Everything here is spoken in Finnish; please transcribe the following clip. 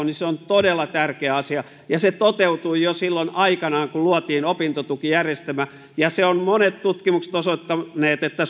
niin se on todella tärkeä asia ja se toteutui jo silloin aikanaan kun luotiin opintotukijärjestelmä sen ovat monet tutkimukset osoittaneet että